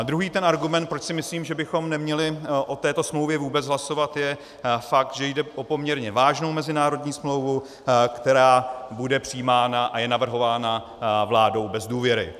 Druhý argument, proč si myslím, že bychom neměli o této smlouvě vůbec hlasovat, je fakt, že jde o poměrně vážnou mezinárodní smlouvu, která bude přijímána a je navrhována vládou bez důvěry.